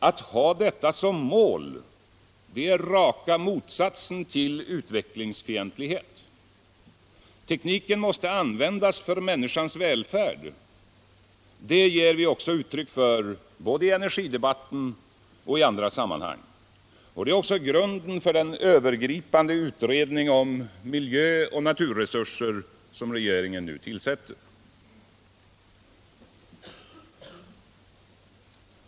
Att ha detta som mål är raka motsatsen till utvecklingsfient lighet. Tekniken måste användas för människans välfärd. Det ger vi också uttryck för både i energidebatten och i andra sammanhang. Detta är också grunden för den övergripande utredning om miljöoch naturresurser som regeringen nu tillsätter.